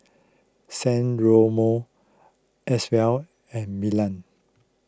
San Remo Acwell and Milan